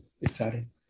exciting